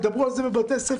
ידברו על זה בבתי-ספר,